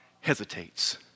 hesitates